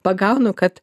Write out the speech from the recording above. pagaunu kad